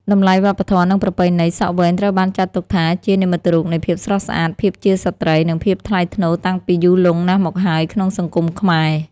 តម្លៃវប្បធម៌ និងប្រពៃណី សក់វែងត្រូវបានចាត់ទុកថាជា និមិត្តរូបនៃភាពស្រស់ស្អាត ភាពជាស្ត្រី និងភាពថ្លៃថ្នូរតាំងពីយូរលង់ណាស់មកហើយក្នុងសង្គមខ្មែរ។